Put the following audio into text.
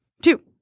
Two